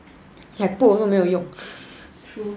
like put also 没有用